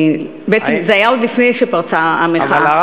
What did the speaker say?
בעצם זה היה עוד לפני שפרצה המחאה.